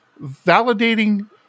validating